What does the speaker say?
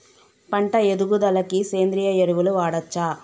పంట ఎదుగుదలకి సేంద్రీయ ఎరువులు వాడచ్చా?